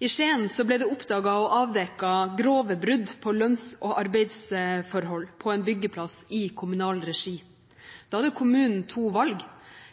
I Skien ble det avdekket grove brudd på lønns- og arbeidsforholdene på en byggeplass i kommunal regi. Da hadde kommunen to valg: